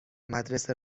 مدرسه